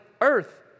earth